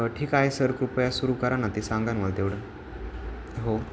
ठीक आहे सर कृपया सुरू करा ना ते सांगा मला तेवढं हो